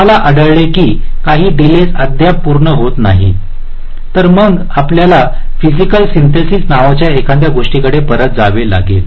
आम्हाला आढळले की काही डीले अद्याप पूर्ण होत नाहीत तर मग आपल्याला फयसीकल सिन्थेसिस नावाच्या एखाद्या गोष्टीकडे परत जावे लागेल